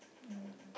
I don't know